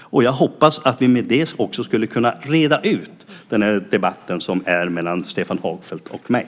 Jag hoppas att vi med det också skulle kunna reda ut den debatt som är mellan Stefan Hagfeldt och mig.